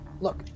look